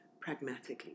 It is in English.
pragmatically